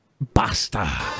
Basta